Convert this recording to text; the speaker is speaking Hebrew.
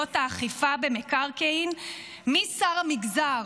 סמכויות האכיפה במקרקעין משר המגזר